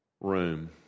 room